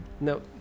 No